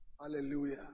Hallelujah